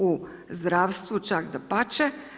U zdravstvu, čak dapače.